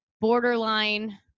borderline